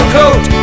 coat